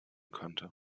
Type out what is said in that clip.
könnte